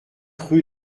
rue